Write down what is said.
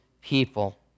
people